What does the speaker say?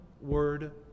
word